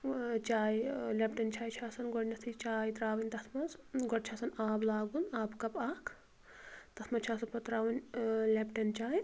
ٲں چاے ٲں لیٚپٹن چاے چھِ آسان گۄڈٕنیٚتھٕے چاے ترٛاوٕنۍ تتھ منٛز گۄڈٕ چھُ آسان آب لاگُن آبہٕ کَپ اکھ تتھ منٛز چھِ آسان پتہٕ ترٛاوٕنۍ ٲں لیٚپٹن چاے